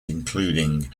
including